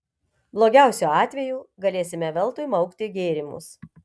blogiausiu atveju galėsime veltui maukti gėrimus